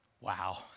Wow